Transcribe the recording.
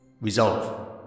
Resolve